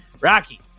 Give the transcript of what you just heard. Rocky